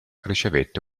ricevette